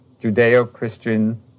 Judeo-Christian